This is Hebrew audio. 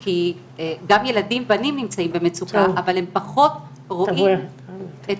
כי גם ילדים בנים נמצאים במצוקה אבל הם פחות רואים את